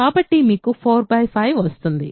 కాబట్టి మీకు 4 5 వస్తుంది